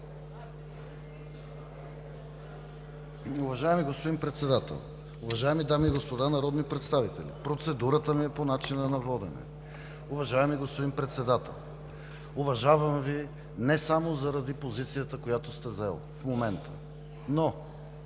Уважаеми господин Председател, уважаеми дами и господа народни представители! Процедурата ми е по начина на водене. Уважаеми господин Председател, уважавам Ви не само заради позицията, която сте заели в момента, но